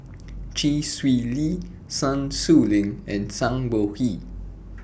Chee Swee Lee Sun Xueling and Zhang Bohe